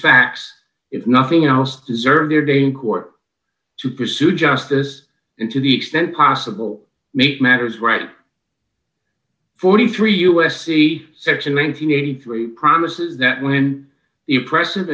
facts if nothing else deserve their day in court to pursue justice and to the extent possible make matters right forty three u s c section eight hundred and eighty three promises that when the oppressive